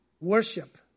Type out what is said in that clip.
worship